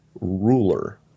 ruler